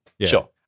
sure